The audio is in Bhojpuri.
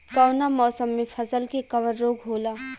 कवना मौसम मे फसल के कवन रोग होला?